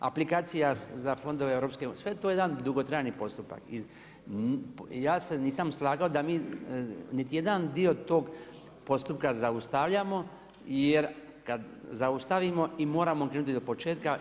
Aplikacija za fondove EU, sve je to jedan dugotrajniji postupak i ja se nisam slagao da mi niti jedan dio tog postupka zaustavljamo, jer kad zaustavimo i moramo krenuti od početka.